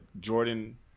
Jordan